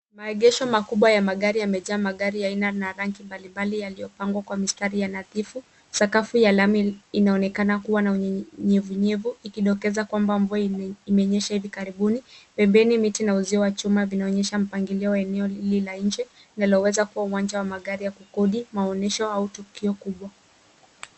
Maegesho makubwa ya magari yamejaa magari aina na rangi mbalimbali yaliopangwa kwa mistari ya nadhifu. Sakafu ya lami inaonekana kuwa na unyevunyevu, ikidokeza kwamba mvua imenyesha hivi karibuni. Pembeni miti na uzio wa chuma vinaonyesha mpangilio wa eneo hili la nje, linaloweza kuwa uwanja wa magari ya kukodi, maonyesho au tukio kubwa.